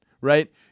right